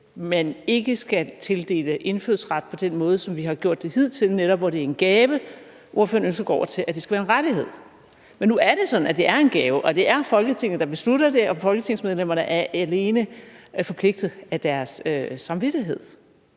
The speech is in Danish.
man ikke skal tildele indfødsret på den måde, som vi har gjort det hidtil, netop hvor det er en gave. Ordføreren ønsker at gå over til, at det skal være en rettighed. Men nu er det sådan, at det er en gave, og det er Folketinget, der beslutter det, og folketingsmedlemmerne er alene forpligtet af deres samvittighed.